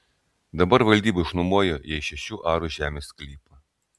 dabar valdyba išnuomojo jai šešių arų žemės sklypą